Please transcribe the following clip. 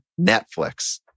Netflix